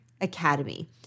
Academy